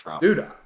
Dude